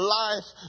life